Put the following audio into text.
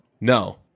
No